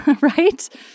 right